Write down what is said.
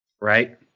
Right